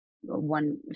one